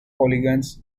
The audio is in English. polygons